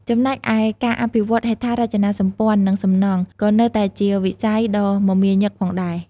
ចំណែកឯ ការអភិវឌ្ឍន៍ហេដ្ឋារចនាសម្ព័ន្ធ និងសំណង់ ក៏នៅតែជាវិស័យដ៏មមាញឹកផងដែរ។